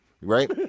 Right